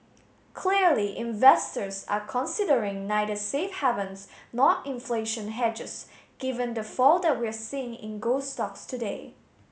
clearly investors are considering neither safe havens nor inflation hedges given the fall that we're seeing in gold stocks today